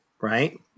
Right